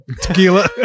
tequila